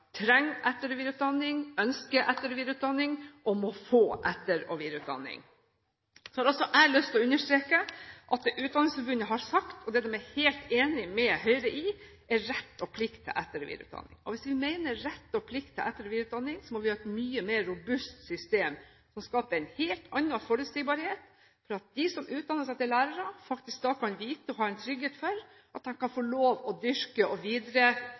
trenger, ønsker og må få etter- og videreutdanning. Jeg har også lyst til å understreke at Utdanningsforbundet har sagt – og dette er de helt enig med Høyre i – at lærerne må ha rett og plikt til etter- og videreutdanning. Hvis vi mener dette med rett og plikt til etter- og videreutdanning, må vi ha et mye mer robust system, som skaper en helt annen forutsigbarhet, slik at de som utdanner seg som lærere, kan vite og ha trygghet for at de kan få lov til å dyrke og